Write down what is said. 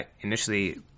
initially